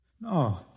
No